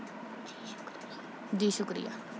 جی شکریہ جی شکریہ